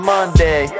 Monday